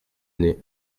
nez